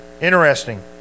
interesting